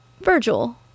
Virgil